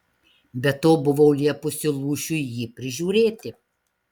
be to buvau liepusi lūšiui jį prižiūrėti